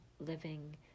living